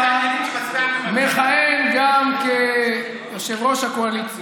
המכהן גם כיושב-ראש הקואליציה.